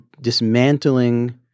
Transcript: dismantling